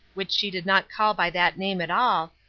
which she did not call by that name at all,